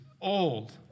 old